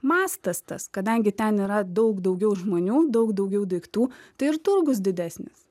mastas tas kadangi ten yra daug daugiau žmonių daug daugiau daiktų tai ir turgus didesnis